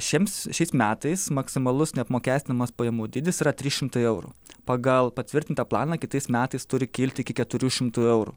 šiems šiais metais maksimalus neapmokestinamas pajamų dydis yra trys šimtai eurų pagal patvirtintą planą kitais metais turi kilt iki keturių eurų